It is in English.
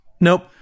Nope